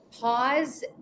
pause